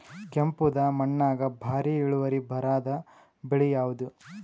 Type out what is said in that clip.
ಕೆಂಪುದ ಮಣ್ಣಾಗ ಭಾರಿ ಇಳುವರಿ ಬರಾದ ಬೆಳಿ ಯಾವುದು?